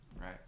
right